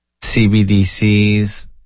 CBDCs